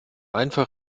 einfach